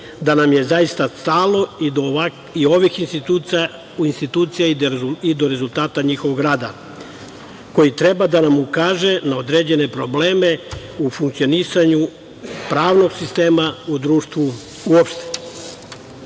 da nam je zaista stalo i do ovih institucija, i do rezultata njihovog rada, koji treba da nam ukaže na određen probleme u funkcionisanju pravnog sistema u društvu